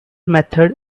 method